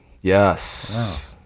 Yes